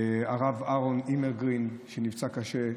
הרב אהרון אימרגרין, שנפצע קשה,